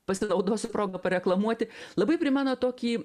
pasinaudosiu proga pareklamuoti labai primena tokį